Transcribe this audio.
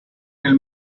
nel